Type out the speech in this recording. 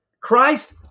Christ